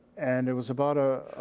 and it was about a